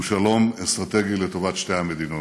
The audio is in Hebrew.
הוא שלום אסטרטגי לטובת שתי המדינות.